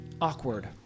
awkward